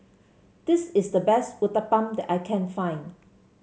this is the best Uthapam that I can find